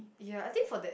ya I think for that